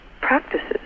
practices